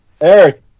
Eric